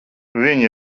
viņi